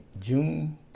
June